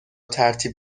ترتیب